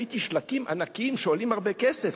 ראיתי שלטים ענקיים שעולים הרבה כסף,